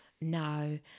no